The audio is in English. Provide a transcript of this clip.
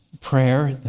prayer